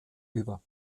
über